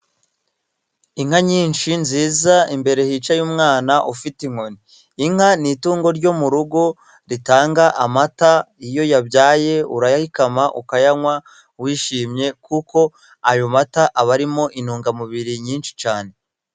Inka nyinshi nziza, imbere hicaye umwana ufite inkoni. Inka ni itungo ryo mu rugo, ritanga amata, iyo yabyaye urayakama ukayanywa wishimye, kuko ayo mata aba arimo intungamubiri nyinshi cyane.